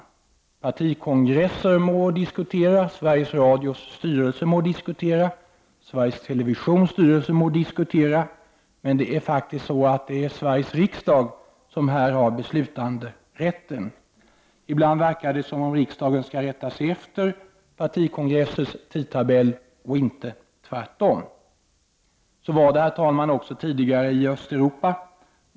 Partikongresser må diskutera, Sveriges Radios styrelse må diskutera, Sveriges Televisions styrelse må diskutera, men det är faktiskt Sveriges riksdag som här har beslutanderätten. Ibland verkar det som om riksdagen skall rätta sig efter partikongressers tidtabell och inte tvärtom. Så var det också, herr talman, tidigare i Östeuropa.